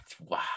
wow